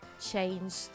changed